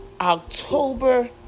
October